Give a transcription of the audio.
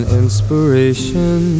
inspiration